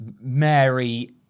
Mary